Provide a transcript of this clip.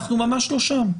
אנחנו ממש לא שם.